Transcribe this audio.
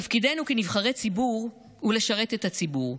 תפקידנו כנבחרי ציבור הוא לשרת את הציבור,